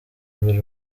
imbere